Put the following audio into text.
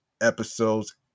episodes